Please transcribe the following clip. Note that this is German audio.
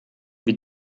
wie